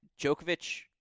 Djokovic